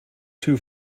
too